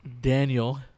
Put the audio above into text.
Daniel